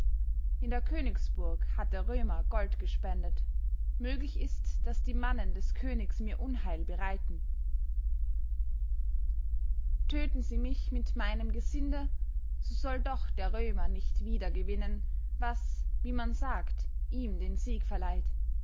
in der königsburg hat der römer gold gespendet möglich ist daß die mannen des königs mir unheil bereiten töten sie mich mit meinem gesinde so soll doch der römer nicht wiedergewinnen was wie man sagt ihm den sieg verleiht